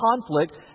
Conflict